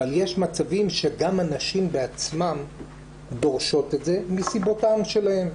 אבל יש מצבים שגם הנשים בעצמן דורשות את זה מסיבותיהן שלהן.